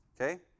Okay